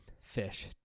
fish